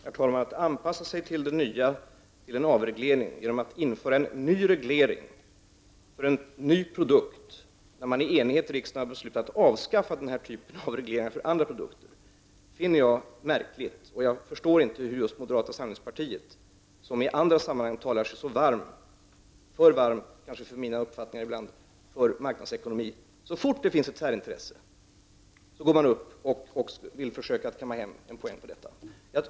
Herr talman! Jag finner det märkligt att man skall anpassa sig till en avreglering genom att införa en ny reglering för en produkt när riksdagen i enighet beslutat att avskaffa den typen av regleringar för andra produkter. Jag förstår inte varför just moderata samlingspartiet, vilket i andra sammanhang talar så varmt för marknadsekonomin -- enligt min uppfattning kanske ibland för varmt -- så fort det finns ett särintresse träder fram och vill kamma hem en poäng på detta.